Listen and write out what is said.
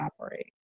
operate